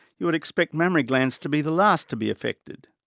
you would expect mammary glands to be the last to be affected.